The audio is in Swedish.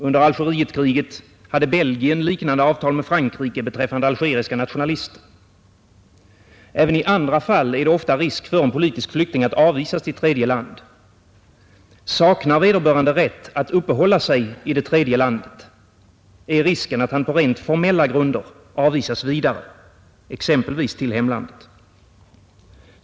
Under Algerietkriget hade Belgien liknande avtal med Frankrike beträffande algeriska nationalister. Även i andra fall är det ofta risk för att en politisk flykting avvisas till tredje land. Saknar vederbörande rätt att uppehålla sig i det tredje landet, finns risken att han på rent formella grunder avvisas vidare — exempelvis till hemlandet.